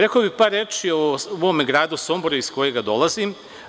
Rekao bih par reči o svom gradu Somboru iz koga dolazim.